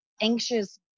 anxious